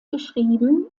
geschrieben